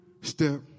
step